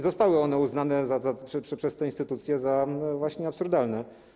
Zostały one uznane przez te instytucje za właśnie absurdalne.